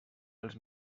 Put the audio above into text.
dels